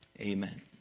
Amen